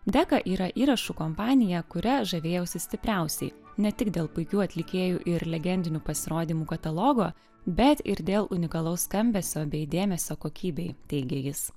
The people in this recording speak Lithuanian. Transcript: deka yra įrašų kompanija kuria žavėjausi stipriausiai ne tik dėl puikių atlikėjų ir legendinių pasirodymų katalogo bet ir dėl unikalaus skambesio bei dėmesio kokybei teigė jis